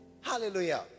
Hallelujah